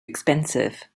expensive